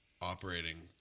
operating